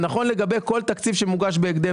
זה נכון לגבי כל תקציב שמוגש בהקדם,